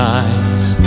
eyes